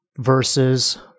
versus